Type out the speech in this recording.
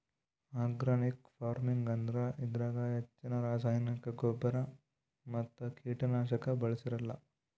organic farming ಅಂದ್ರ ಇದ್ರಾಗ್ ಹೆಚ್ಚಿನ್ ರಾಸಾಯನಿಕ್ ಗೊಬ್ಬರ್ ಮತ್ತ್ ಕೀಟನಾಶಕ್ ಬಳ್ಸಿರಲ್ಲಾ